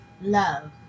love